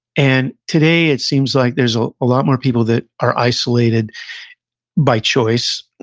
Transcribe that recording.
and today, it seems like there's a ah lot more people that are isolated by choice,